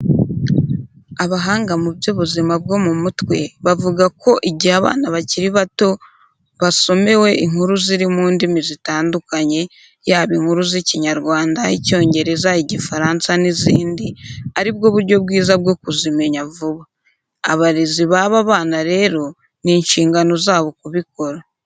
Abahanga mu by'ubuzima bwo mu mutwe, bavuga ko igihe abana bakiri bato basomewe inkuru ziri mu ndimi zitandukanye yaba, inkuru z'Ikinyarwanda, Icyongereza, Igifaransa n'izindi, ari bwo buryo bwiza bwo kuzimenya vuba. Abarezi b'aba bana rero ni inshingano zabo kubikora.